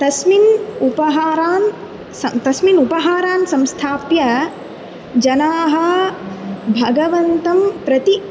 तस्मिन् उपहारान् स तस्मिन् उपहारान् संस्थाप्य जनाः भगवन्तं प्रति